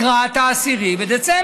לקראת 10 בדצמבר.